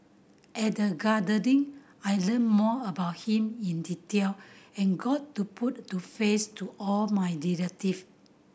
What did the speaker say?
at the gathering I learnt more about him in detail and got to put to face to all my relative